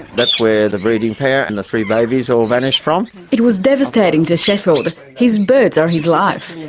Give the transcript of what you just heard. that's where the breeding parrot and the three babies all vanished from. it was devastating to sheffield. his birds are his life.